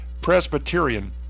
Presbyterian